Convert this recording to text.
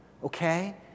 Okay